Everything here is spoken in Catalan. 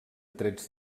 trets